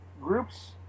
groups